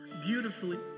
beautifully